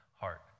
heart